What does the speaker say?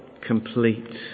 complete